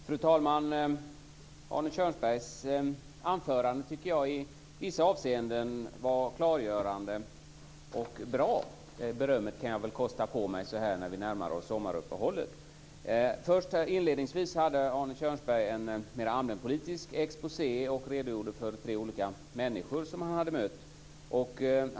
Fru talman! Arne Kjörnsberg var i vissa avseenden klargörande och bra. Det berömmet kan jag kosta på mig när vi nu närmar oss sommaruppehållet. Inledningsvis hade Arne Kjörnsberg en allmänpolitisk exposé, och han redogjorde för tre olika människor han hade mött.